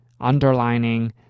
underlining